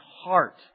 heart